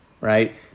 right